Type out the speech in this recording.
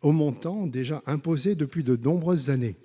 au montant déjà imposé depuis de nombreuses années